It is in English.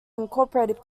incorporated